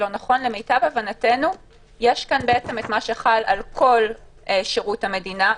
שלמיטב הבנתנו יש כאן את מה שחל על כל שירות המדינה,